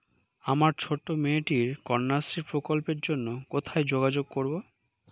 আমার ছোট্ট মেয়েটির কন্যাশ্রী প্রকল্পের জন্য কোথায় যোগাযোগ করব?